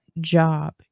job